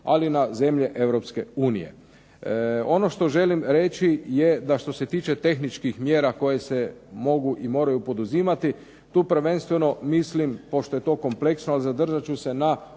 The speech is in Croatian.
ali na zemlje Europske unije. Ono što želim reći je da što se tiče tehničkih mjera koje se mogu i moraju poduzimati tu prvenstveno mislim pošto je to kompleksno zadržat ću se na